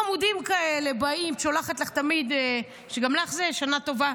חמודים כאלה, באים, שולחים לך תמיד "שנה טובה"